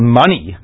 money